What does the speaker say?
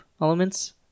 elements